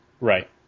Right